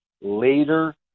later